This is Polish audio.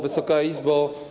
Wysoka Izbo!